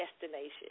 destination